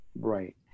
Right